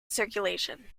circulation